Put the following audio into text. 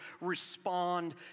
respond